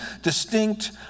distinct